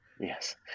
Yes